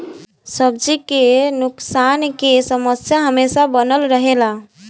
सब्जी के नुकसान के समस्या हमेशा बनल रहेला